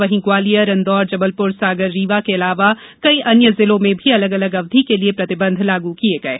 वहीं ग्वालियर इंदौर जबलपुर सागर रीवा के अलावा कई अन्य जिलों में भी अलग अलग अवधि के लिए प्रतिबंध लागू किये गये